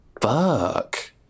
Fuck